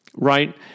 right